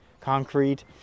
concrete